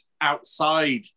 outside